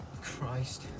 Christ